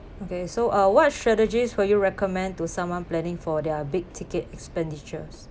okay so uh what strategies will you recommend to someone planning for their big ticket expenditures